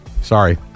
Sorry